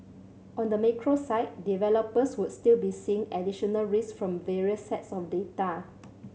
on the macro side developers would still be seeing additional risk from various sets of data